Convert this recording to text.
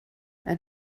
and